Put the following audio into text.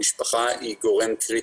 המשפחה היא גורם קריטי.